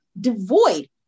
Devoid